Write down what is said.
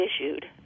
issued